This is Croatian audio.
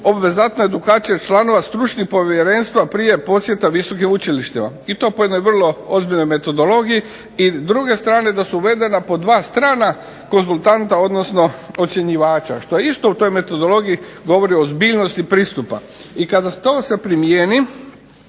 obvezatne edukacije članova stručnih povjerenstva prije posjeta visokim učilištima, i to po jednoj vrlo ozbiljnoj metodologiji. I s druge strane da su uvedena po dva strana konzultanta, odnosno ocjenjivača, što je isto u toj metodologiji govori o ozbiljnosti pristupa. I kada to se primjeni